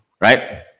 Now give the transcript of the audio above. right